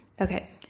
Okay